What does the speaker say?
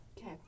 Okay